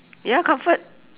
ya comfort